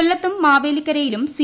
കൊല്ല ത്തും മാവേലിക്കരയിലും സി